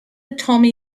tommy